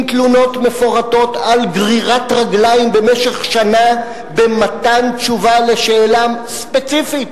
עם תלונות מפורטות על גרירת רגליים במשך שנה במתן תשובה לשאלה ספציפית,